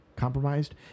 Compromised